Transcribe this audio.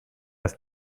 das